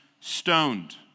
stoned